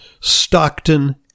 Stockton